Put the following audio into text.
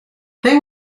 they